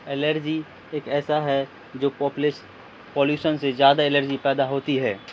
allergy ایک ایسا ہے جو پاپلیش پالوشن سے زیادہ الرجی پیدا ہوتی ہے